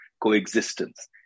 coexistence